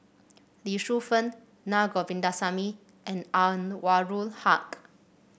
Lee Shu Fen Na Govindasamy and Anwarul Haque